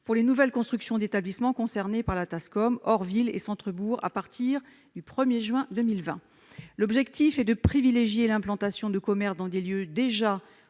pour les nouvelles constructions d'établissements concernés par la Tascom, hors villes et centres-bourgs, à partir du 1 juin 2020. L'objectif est de privilégier l'implantation de commerces dans des lieux déjà